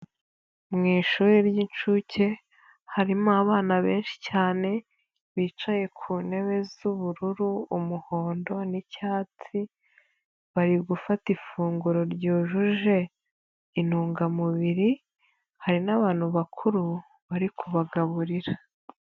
Mu ishuri ry'inshuke harimo abana benshi cyane bicaye ku ntebe z'ubururu, umuhondo n'icyatsi bari gufata ifunguro ryujuje intungamubiri hari n'abantu bakuru bari kubagaburira.